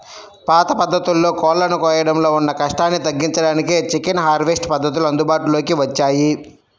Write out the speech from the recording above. పాత పద్ధతుల్లో కోళ్ళను కోయడంలో ఉన్న కష్టాన్ని తగ్గించడానికే చికెన్ హార్వెస్ట్ పద్ధతులు అందుబాటులోకి వచ్చాయి